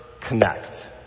connect